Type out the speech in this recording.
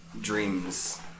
Dreams